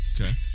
Okay